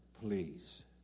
please